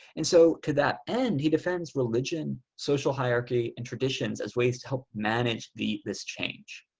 and so to that end, he defends religion social hierarchy and traditions as ways to help manage the this change.